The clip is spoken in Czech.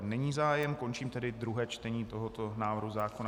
Není zájem, končím tedy druhé čtení tohoto návrhu zákona.